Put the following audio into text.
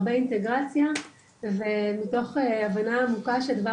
הרבה אינטגרציה ומתוך הבנה עמוקה שהדבר